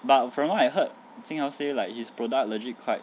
but from what I heard jing hao like his product legit quite